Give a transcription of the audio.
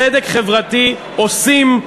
צדק חברתי עושים,